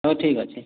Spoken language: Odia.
ହଉ ଠିକ୍ ଅଛି